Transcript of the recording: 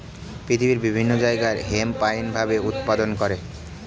পৃথিবীর বিভিন্ন জায়গায় হেম্প আইনি ভাবে উৎপাদন করে